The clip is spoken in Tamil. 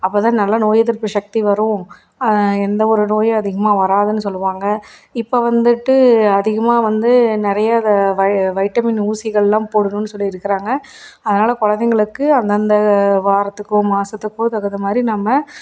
அப்போதான் நல்லா நோய் எதிர்ப்பு சக்தி வரும் எந்தவொரு நோயும் அதிகமாக வராதுன்னு சொல்லுவாங்க இப்போ வந்துட்டு அதிகமாக வந்து நிறைய இதை வை வைட்டமின் ஊசிகள்லாம் போடணும்னு சொல்லி இருக்கிறாங்க அதனால் குழந்தைங்களுக்கு அந்தந்த வாரத்துக்கோ மாதத்துக்கோ தகுந்தமாதிரி நம்ம